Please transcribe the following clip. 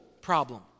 problem